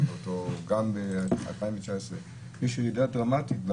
גם ב-2019 יש ירידה דרמטית.